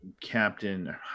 captain